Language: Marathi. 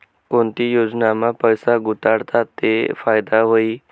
कोणती योजनामा पैसा गुताडात ते फायदा व्हई?